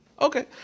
Okay